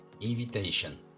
invitation